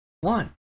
one